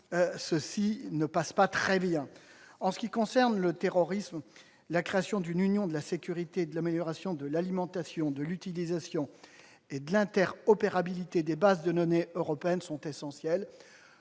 concitoyens. En matière de lutte contre le terrorisme, la création d'une Union de la sécurité et l'amélioration de l'alimentation, de l'utilisation et de l'interopérabilité des bases de données européennes sont essentielles.